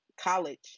college